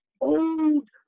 old